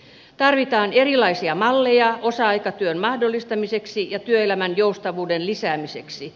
tarvitaan erilaisia malleja osa aikatyön mahdollistamiseksi ja työelämän joustavuuden lisäämiseksi